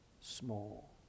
small